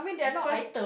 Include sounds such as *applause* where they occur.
because *noise*